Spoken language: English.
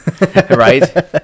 Right